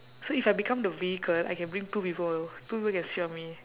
so if I become the vehicle I can bring two people two people can sit on me